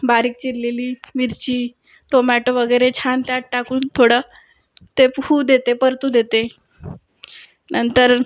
बारीक चिरलेली मिरची टोमॅटो वगैरे छान त्यात टाकून थोडं ते फुलू देते परतू देते नंतर